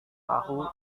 tahu